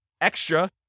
extra